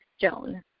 Joan